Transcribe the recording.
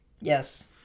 Yes